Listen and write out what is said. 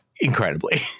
Incredibly